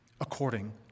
according